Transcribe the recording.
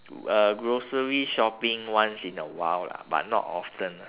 uh grocery shopping once in a while lah but not often ah